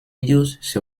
ellos